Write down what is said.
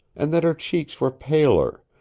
and that her cheeks were paler,